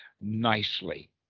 nicely